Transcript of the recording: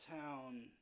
town